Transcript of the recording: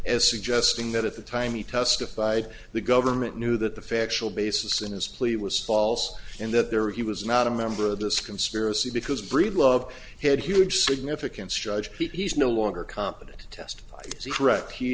as suggesting that at the time he testified the government knew that the factual basis in his plea was false and that there he was not a member of this conspiracy because breedlove had huge significance judge he's no longer competent test correct he